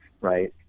right